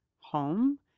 home